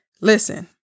listen